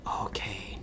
okay